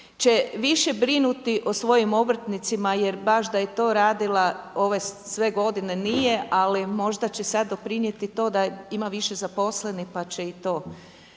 će više brinuti o svojim obrtnicima jer baš da je to radila ove sve godine nije ali možda će sada doprinijeti to da ima više zaposlenih pa će i to